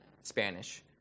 Spanish